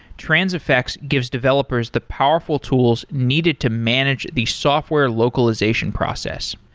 transifex gives developers the powerful tools needed to manage the software localization process.